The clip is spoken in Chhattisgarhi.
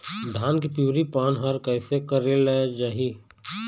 धान के पिवरी पान हर कइसे करेले जाही?